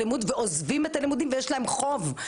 עוזבים את הלימודים ויש להם חוב,